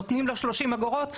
נותנים לו 30 אגורות.